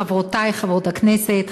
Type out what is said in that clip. חברותי חברות הכנסת,